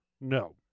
No